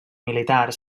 militar